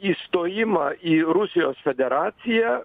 įstojimą į rusijos federaciją